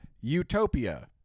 Utopia